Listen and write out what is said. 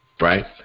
right